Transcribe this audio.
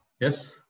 yes